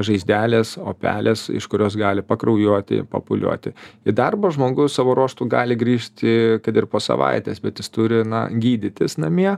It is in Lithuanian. žaizdelės opelės iš kurios gali pakraujuoti papūliuoti į darbą žmogus savo ruožtu gali grįžti kad ir po savaitės bet jis turi gydytis namie